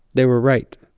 they were right.